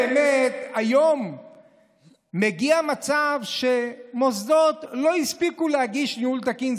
היום מגיע מצב שמוסדות לא הספיקו להגיש "ניהול תקין".